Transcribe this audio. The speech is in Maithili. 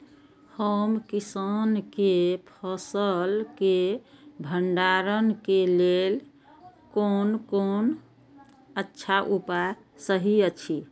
हम किसानके फसल के भंडारण के लेल कोन कोन अच्छा उपाय सहि अछि?